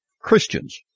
Christians